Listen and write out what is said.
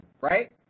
right